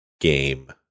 game